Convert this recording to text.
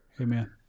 amen